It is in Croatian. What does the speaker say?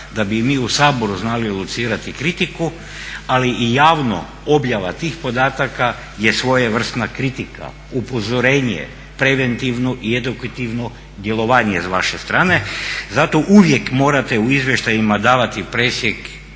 da bi mi u Saboru znali locirati kritiku, ali i javno objava tih podataka je svojevrsna kritika, upozorenje, preventivno i edukativno djelovanje s vaše strane. Zato uvijek morate u izvještajima davati presjek,